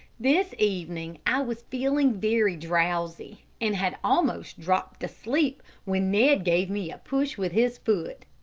this evening i was feeling very drowsy, and had almost dropped asleep, when ned gave me a push with his foot.